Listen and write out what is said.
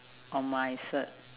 on my cert